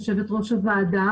יושבת ראש הוועדה,